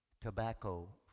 tobacco